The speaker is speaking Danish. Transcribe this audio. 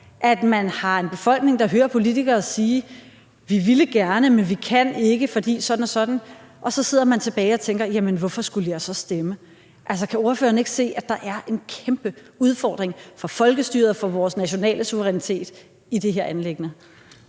at man har en befolkning, der hører politikere sige: Vi ville gerne, men vi kan ikke, fordi sådan og sådan. Og så sidder man tilbage og tænker: Jamen hvorfor skulle jeg så stemme? Kan ordføreren ikke se, at der er en kæmpe udfordring for folkestyret og for vores nationale suverænitet i det her anliggende?